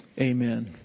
amen